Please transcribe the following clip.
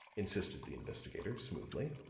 insisted the investigator, smoothly.